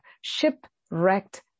shipwrecked